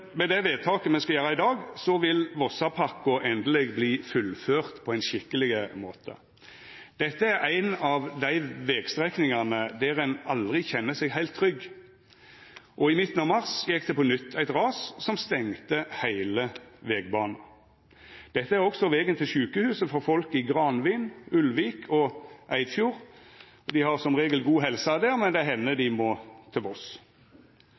Med det vedtaket me skal gjera i dag, vil Vossapakko endeleg verta fullført på ein skikkeleg måte. Dette er ein av dei vegstrekningane der ein aldri kjenner seg heilt trygg. I midten av mars gjekk det på nytt eit ras som stengde heile vegbanen. Dette er også vegen til sjukehuset for folk i Granvin, Ulvik og Eidfjord. Dei har som regel god helse der, men det hender dei må til